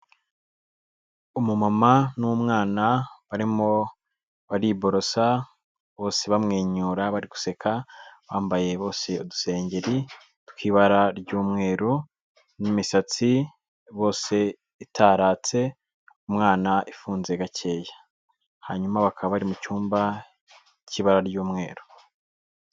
Umumama n'umwana barimo bari borosa bose bamwenyura bari guseka, bambaye bose udusengeri tw'ibara ry'umweru, n'imisatsi bose itaratse, umwana ifunze gakeya, hanyuma bakaba bari mu cyumba cy'ibara ry'umweru.